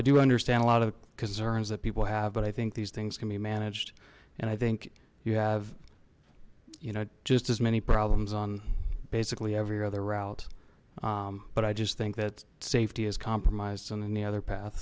i do understand a lot of concerns that people have but i think these things can be managed and i think you have you know just as many problems on basically every other route but i just think that safety is compromised on any other path